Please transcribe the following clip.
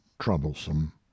troublesome